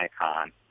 icon